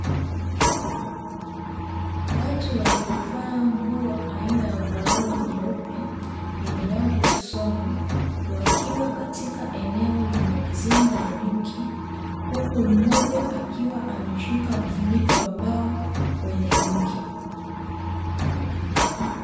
Watu waliovaa nguo aina ya overall nyeupe yenye wavu usoni, wakiwa katika eneo lenye mizinga ya nyuki, huku mmoja akiwa ameshika mfuniko wa mbao wenye nyuki.